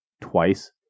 twice